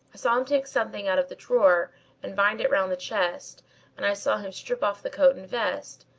saw him take something out of the drawer and bind it round the chest and i saw him strip off the coat and vest,